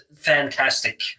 fantastic